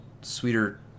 sweeter